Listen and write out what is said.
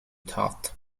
thought